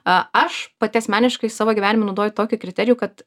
a aš pati asmeniškai savo gyvenime naudoju tokį kriterijų kad